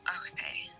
Okay